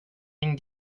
min